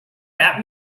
that